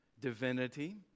divinity